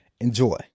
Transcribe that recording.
Enjoy